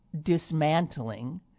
dismantling